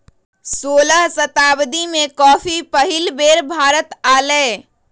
सोलह शताब्दी में कॉफी पहिल बेर भारत आलय